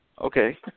okay